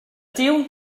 deal